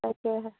তাকে